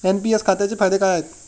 NPS खात्याचे फायदे काय आहेत?